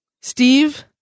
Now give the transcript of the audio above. Steve